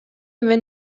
мен